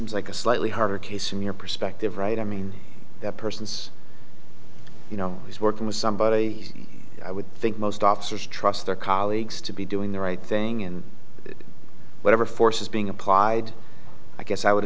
like a slightly harder case from your perspective right i mean that person's you know he's working with somebody i would think most officers trust their colleagues to be doing the right thing in whatever force is being applied i guess i would